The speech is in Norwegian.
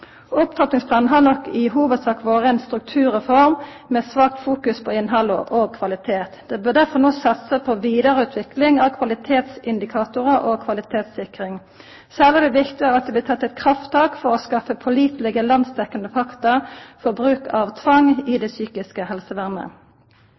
Opptrappingsplanen har nok i hovudsak vore ein strukturreform med svakt fokus på innhald og kvalitet. Det bør derfor no satsast på vidareutvikling av kvalitetsindikatorar og kvalitetssikring. Særleg er det viktig at det blir teke eit krafttak for å skaffa pålitelege, landsdekkjande fakta for bruk av tvang i